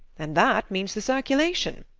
and that means the circulation.